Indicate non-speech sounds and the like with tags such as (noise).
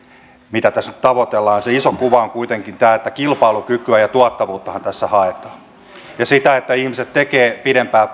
mitä tässä nyt tavoitellaan se iso kuva on kuitenkin tämä että kilpailukykyä ja tuottavuuttahan tässä haetaan ja kun ihmiset tekevät pidempää (unintelligible)